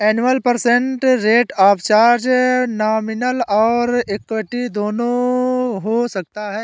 annual percent rate of charge nominal और effective दोनों हो सकता है